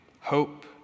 hope